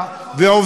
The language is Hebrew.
בוא נראה.